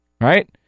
Right